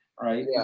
Right